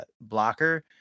blocker